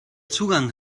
zugang